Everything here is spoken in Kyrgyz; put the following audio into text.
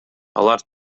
алар